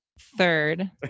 third